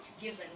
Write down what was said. given